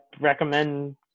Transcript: recommend